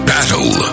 Battle